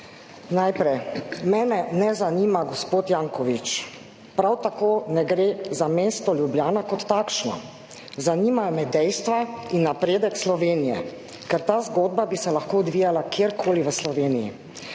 Najprej, mene ne zanima gospod Janković, prav tako ne gre za mesto Ljubljana kot takšno. Zanimajo me dejstva in napredek Slovenije, ker ta zgodba bi se lahko odvijala kjerkoli v Sloveniji.